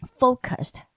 focused